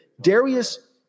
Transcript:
Darius